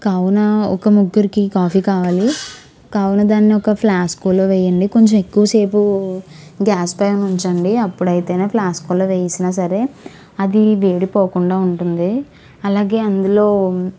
కావున ఒక ముగ్గురికి కాఫీ కావాలి కావున దాన్ని ఒక ప్లాస్కోలో వేయండి కొంచెం ఎక్కువ సేపు గ్యాస్ పైన ఉంచండి అప్పుడైతేనే ఫ్లాస్క్లో వేసినా సరే అది వేడి పోకుండా ఉంటుంది అలాగే అందులో